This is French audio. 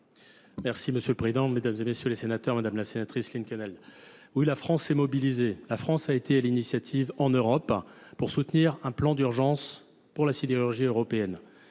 Merci Monsieur le Président, Mesdames et Messieurs les Sénateurs, Madame la Sénatrice Lincolnel. Oui, la France est mobilisée. La France a été à l'initiative en Europe pour soutenir un plan d'urgence pour la sidérurgie européenne.